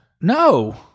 No